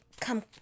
come